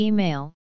Email